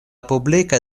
publika